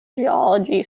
geology